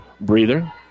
breather